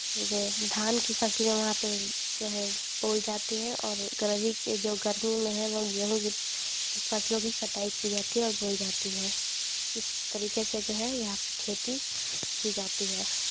वो धान की फैसलें वहाँ पे जो है बोई जाती है और गर्वी की जो गर्मी में है वो गेहूँ फसलों की कटाई की जाती है और बोई जाती है इस तरीके से जो है यहाँ पे खेती की जाती है